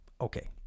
Okay